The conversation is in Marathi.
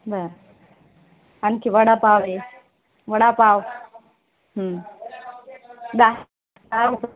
बरं आणखी वडापाव आहे वडापाव दा दा रु